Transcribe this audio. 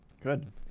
Good